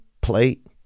plate